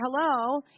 hello